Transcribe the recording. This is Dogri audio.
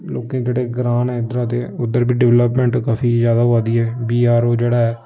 लोकें जेह्ड़े ग्रां न उद्धरां ते उद्धर बी डिवैल्पमैंट काफी जैदा होआ दी ऐ बी आर ओ जेह्ड़ा ऐ